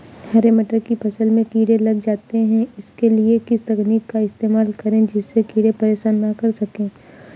हरे मटर की फसल में कीड़े लग जाते हैं उसके लिए किस तकनीक का इस्तेमाल करें जिससे कीड़े परेशान ना कर सके?